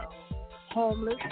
homeless